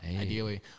ideally